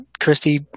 Christy